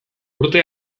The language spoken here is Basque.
urte